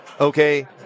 okay